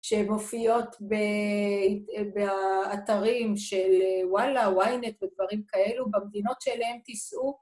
‫שהן מופיעות באתרים של וואלה, ‫וויינט ודברים כאלו, ‫במדינות שאליהם תיסעו.